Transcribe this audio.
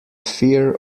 fear